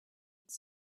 its